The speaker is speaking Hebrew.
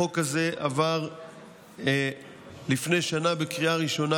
החוק הזה עבר לפני שנה בקריאה ראשונה,